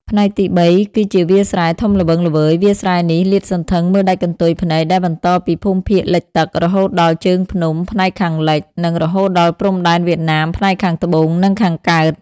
ផ្នែកទី៣ គឺជាវាលស្រែធំល្វឹងល្វើយ វាលស្រែនេះលាតសន្ធឹងមើលដាច់កន្ទុយភ្នែក ដែលបន្តពីភូមិភាគលិចទឹក រហូតដល់ជើងភ្នំ ផ្នែកខាងលិច និងរហូតដល់ព្រំដែនវៀតណាម ផ្នែកខាងត្បូង និងខាងកើត។